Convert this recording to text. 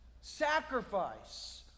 Sacrifice